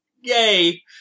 Yay